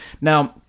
Now